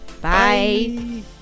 Bye